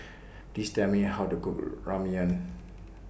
Please Tell Me How to Cook Ramyeon